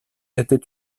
était